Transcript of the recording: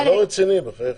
זה לא רציני, בחייכם.